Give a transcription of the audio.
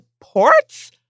ports